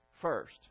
first